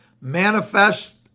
manifest